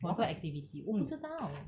我的 activity 我不知道